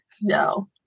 No